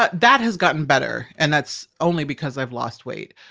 but that has gotten better, and that's only because i've lost weight.